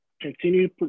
continue